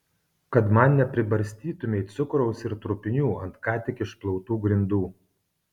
kad man nepribarstytumei cukraus ir trupinių ant ką tik išplautų grindų